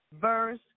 verse